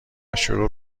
شروع